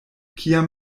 kiam